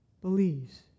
believes